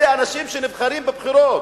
אלה אנשים שנבחרים בבחירות.